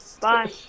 Bye